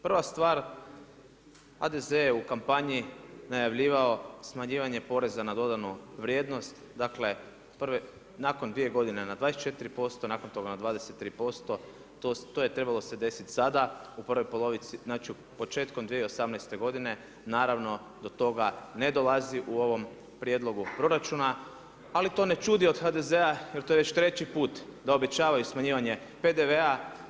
Prva stvar HDZ je u kampanji najavljivao smanjivanje poreza na dodanu vrijednost, dakle, nakon dvije godine na 24% nakon toga na 23% to je trebalo se desiti sada u prvoj polovici, znači početkom 2018. godine, naravno do toga ne dolazi u ovom prijedlogu proračuna, ali to ne čudi od HDZ-a jer to je već treći put da obećavaju smanjivanje PDV-a.